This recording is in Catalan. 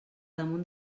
damunt